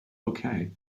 okay